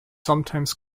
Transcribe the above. sometimes